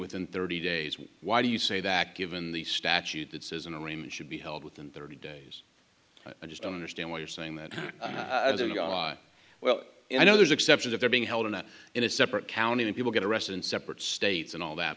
within thirty days why do you say that given the statute that says an agreement should be held within thirty days i just don't understand why you're saying that guy well i know there's exceptions if they're being held in a in a separate county and people get arrested in separate states and all that